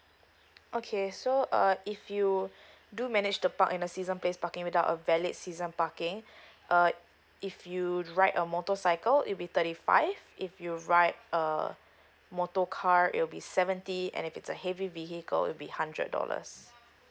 okay so uh if you do managed to park in the season place parking without a valid season parking uh if you ride a motorcycle it'll be thirty five if you ride uh motor car it will be seventy and if it's a heavy vehicle it'll be hundred dollars